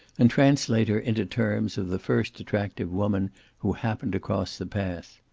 and translate her into terms of the first attractive woman who happened to cross the path.